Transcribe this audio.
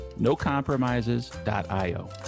nocompromises.io